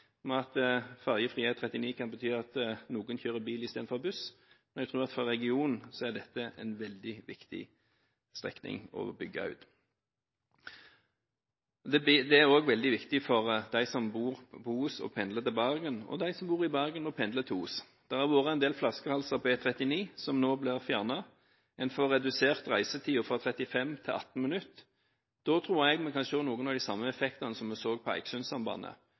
med at en ferjefri E39 kan bety at noen kjører bil i stedet for buss, men jeg tror at for regionen er dette en veldig viktig strekning å bygge ut. Det er også veldig viktig for dem som bor på Os og pendler til Bergen, og for dem som bor i Bergen og pendler til Os. Det har vært en del flaskehalser på E39, som nå blir fjernet. En får redusert reisetiden fra 35 til 18 minutter. Da tror jeg vi kan se noen av de samme effektene som vi så med Eiksundsambandet,